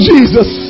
Jesus